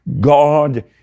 God